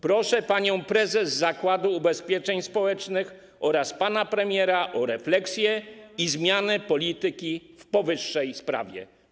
Proszę panią prezes Zakładu Ubezpieczeń Społecznych oraz pana premiera o refleksję i o zmianę polityki w powyższej sprawie.